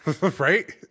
right